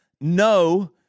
no